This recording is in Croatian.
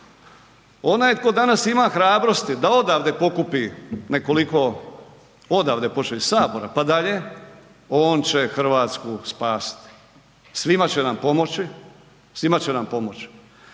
Onaj tko danas ima hrabrosti da odavde pokupi nekoliko, odavde počevši od Sabora pa dalje, on će Hrvatsku spasiti, svima će nam pomoći. I vidite, par riječi